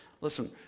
listen